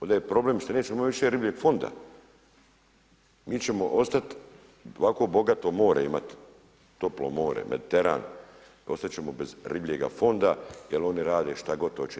Ovdje je problem što nećemo imat više ribljeg fonda, mi ćemo ostati ovakvo bogato more imati, toplo more, Mediteran, ostat ćemo bez ribljega fonda, jer oni rade šta god hoće.